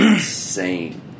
Insane